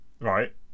Right